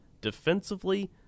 Defensively